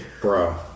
Bro